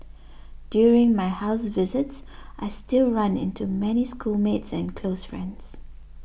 during my house visits I still run into many schoolmates and close friends